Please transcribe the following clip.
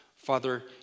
Father